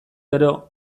gero